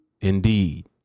Indeed